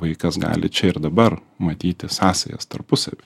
vaikas gali čia ir dabar matyti sąsajas tarpusavy